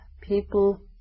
people